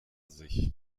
sich